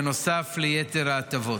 בנוסף ליתר ההטבות.